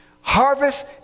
Harvest